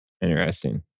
Interesting